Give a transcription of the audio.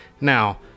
Now